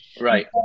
Right